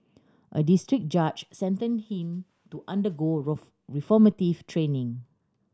a district judge sentenced him to undergo reformative training